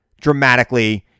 dramatically